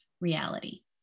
reality